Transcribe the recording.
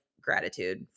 gratitude